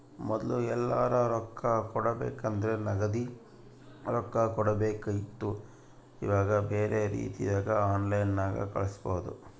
ಮೊದ್ಲು ಎಲ್ಯರಾ ರೊಕ್ಕ ಕೊಡಬೇಕಂದ್ರ ನಗದಿ ರೊಕ್ಕ ಕೊಡಬೇಕಿತ್ತು ಈವಾಗ ಬ್ಯೆರೆ ರೀತಿಗ ಆನ್ಲೈನ್ಯಾಗ ಕಳಿಸ್ಪೊದು